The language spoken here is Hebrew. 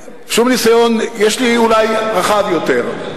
יש לי אולי רחב יותר.